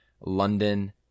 London